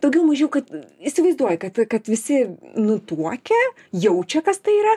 daugiau mažiau kad įsivaizduoji kad kad visi nutuokia jaučia kas tai yra